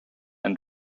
and